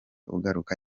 ugaruka